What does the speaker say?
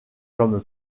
comme